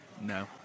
No